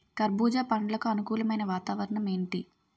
కర్బుజ పండ్లకు అనుకూలమైన వాతావరణం ఏంటి?